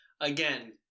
again